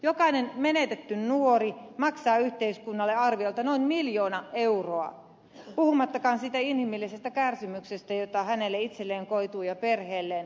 jokainen menetetty nuori maksaa yhteiskunnalle arviolta noin miljoona euroa puhumattakaan siitä inhimillisestä kärsimyksestä jota hänelle itselleen koituu ja hänen perheelleen